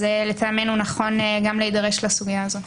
אז לטעמנו נכון גם להידרש לסוגיה הזאת.